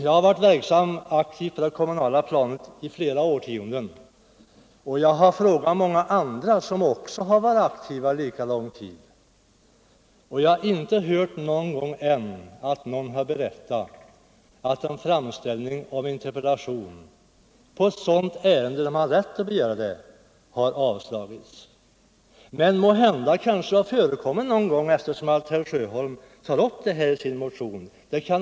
Jag har varit aktivt politiskt verksam på det kommunala planet i flera årtionden, och jag har diskuterat den här frågan med många andra som har varit kommunalpolitiskt aktiva lika lång tid som jag. Jag har ännu inte hört någon berätta att en interpellationsframställning i en fråga där man har rätt att interpellera har avslagits. Måhända har det förekommit någon gång, eftersom herr Sjöholm tar upp frågan i sin motion.